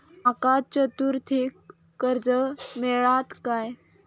माका चतुर्थीक कर्ज मेळात काय?